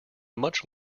much